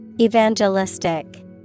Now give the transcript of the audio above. Evangelistic